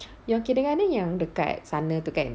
your kindergarten yang dekat sana tu kan